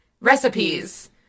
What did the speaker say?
recipes